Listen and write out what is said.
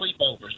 sleepovers